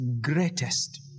greatest